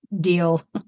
deal